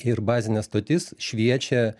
ir bazinė stotis šviečia